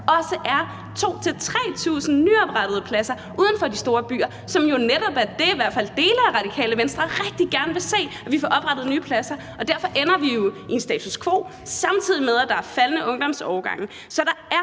også er 2.000-3.000 nyoprettede pladser uden for de store byer, som jo netop er det, som i hvert fald dele af Radikale Venstre rigtig gerne vil se, altså at vi får oprettet nye pladser. Derfor ender vi jo i en status quo, samtidig med at der er faldende ungdomsårgange. Så der er